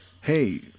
Hey